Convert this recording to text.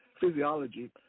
physiology